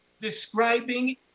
describing